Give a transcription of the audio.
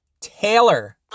Taylor